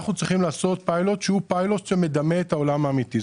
אנחנו צריכים לעשות פיילוט שהוא פיילוט שמדמה את העולם האמיתי.